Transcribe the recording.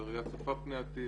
בראייה צופה פני עתיד,